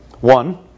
One